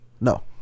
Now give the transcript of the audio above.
No